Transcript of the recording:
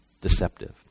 deceptive